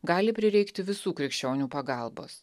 gali prireikti visų krikščionių pagalbos